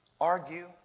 argue